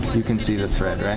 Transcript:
you can see the thread, right?